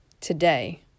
today